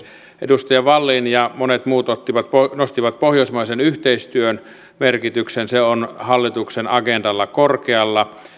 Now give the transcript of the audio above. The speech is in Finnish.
edustaja wallin ja monet muut nostivat pohjoismaisen yhteistyön merkityksen se on hallituksen agendalla korkealla